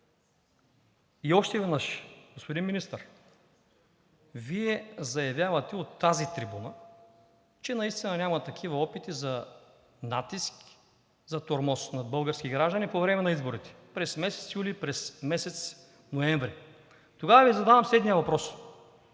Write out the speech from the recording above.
И още веднъж, господин Министър, Вие заявявате от тази трибуна, че наистина няма такива опити за натиск, за тормоз над български граждани по време на изборите през месец юли, през месец ноември. Тогава Ви задавам следния въпрос: